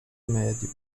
médio